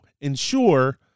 ensure